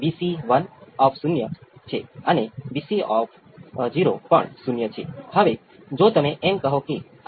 હવે natural response V 0 exponential - t by R C છે